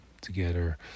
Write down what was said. together